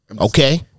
Okay